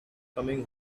coming